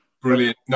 Brilliant